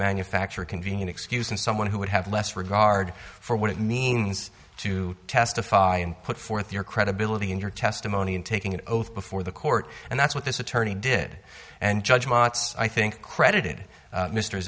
manufacture a convenient excuse and someone who would have less regard for what it means to testify and put forth your credibility in your testimony in taking an oath before the court and that's what this attorney did and judgments i think credited